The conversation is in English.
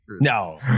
No